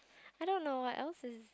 I don't know what else is